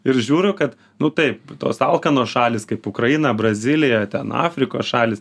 ir žiūriu kad nu taip tos alkanos šalys kaip ukraina brazilija ten afrikos šalys